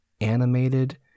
animated